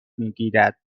میگیرد